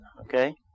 okay